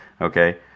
Okay